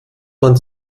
man